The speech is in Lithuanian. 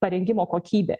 parengimo kokybė